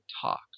talk